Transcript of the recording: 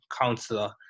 counselor